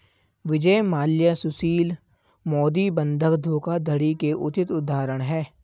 विजय माल्या सुशील मोदी बंधक धोखाधड़ी के उचित उदाहरण है